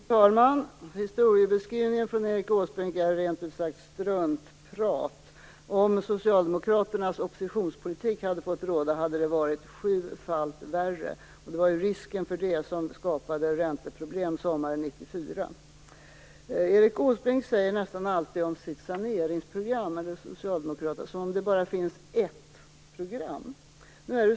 Fru talman! Historiebeskrivningen från Erik Åsbrink är rent ut sagt struntprat. Om socialdemokraternas oppositionspolitik hade fått råda hade det varit sjufalt värre. Det var risken för det som skapade ränteproblem sommaren 1994. Erik Åsbrink talar nästan alltid om socialdemokraternas saneringsprogram som om det bara finns ett program.